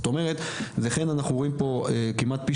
זאת אומרת לכן אנחנו רואים פה כמעט פי